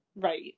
Right